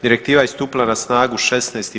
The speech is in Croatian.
Direktiva je stupila na snagu 16.